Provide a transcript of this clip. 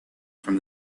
from